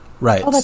Right